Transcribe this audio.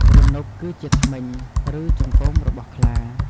រនុកគឺជាធ្មេញ ឬចង្កូមរបស់ខ្លា។